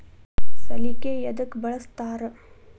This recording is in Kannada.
ಸಲಿಕೆ ಯದಕ್ ಬಳಸ್ತಾರ?